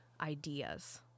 ideas